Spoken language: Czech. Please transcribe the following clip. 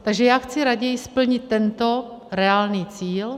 Takže já chci raději splnit tento reálný cíl.